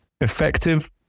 effective